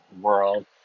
world